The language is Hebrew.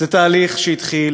זה תהליך שהתחיל